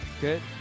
good